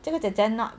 这个姐姐 not